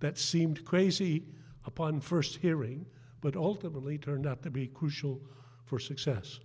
that seemed crazy upon first hearing but ultimately turned out to be crucial for success